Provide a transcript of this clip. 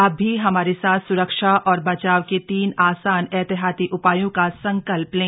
आप भी हमारे साथ सुरक्षा और बचाव के तीन आसान एहतियाती उपायों का संकल्प लें